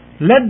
Let